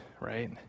right